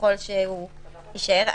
ככל שהוא יישאר.